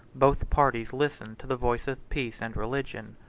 both parties listened to the voice of peace and religion.